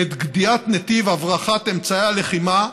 את גדיעת נתיב הברחת אמצעי הלחימה,